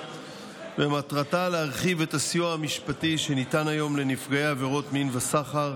ומטרתה להרחיב את הסיוע המשפטי שניתן היום לנפגעי מין וסחר,